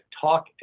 talk